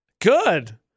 Good